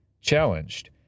challenged